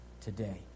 today